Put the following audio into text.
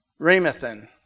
Ramathan